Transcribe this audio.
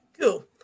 Cool